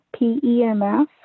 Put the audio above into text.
PEMF